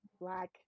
Black